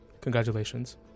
congratulations